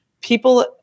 people